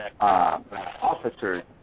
officers